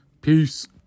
Peace